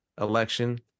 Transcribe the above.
election